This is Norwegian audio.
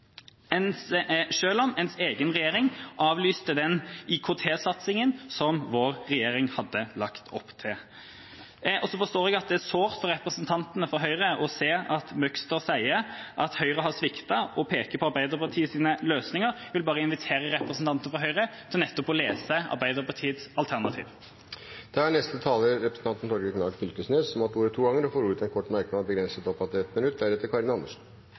om ideologi. Ens egen regjering avlyste den IKT-satsinga som vår regjering hadde lagt opp til. Så forstår jeg at det er sårt for representantene fra Høyre å se at Møgster sier at Høyre har sviktet, og peker på Arbeiderpartiets løsninger. Jeg vil bare invitere representantene fra Høyre til nettopp å lese Arbeiderpartiets alternativ. Representanten Torgeir Knag Fylkesnes har hatt ordet to ganger tidligere og får ordet til en kort merknad, begrenset til 1 minutt.